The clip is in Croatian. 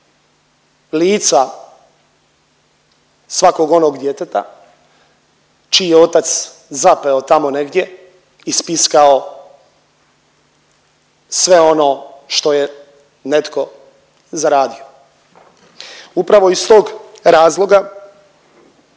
lica svakog onog djeteta čiji otac zapeo tamo negdje i spiskao sve ono što je netko zaradio. Upravo iz tog razloga